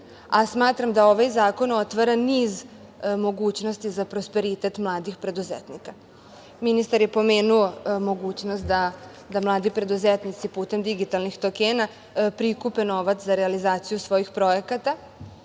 a smatram da ovaj zakon otvara niz mogućnosti za prosperitet mladih preduzetnika. Ministar je pomenuo mogućnost da mladi preduzetnici putem digitalnih tokena prikupe novac za realizaciju svojih projekata,